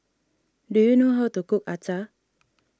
do you know how to cook Acar